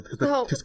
No